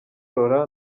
laurent